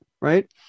right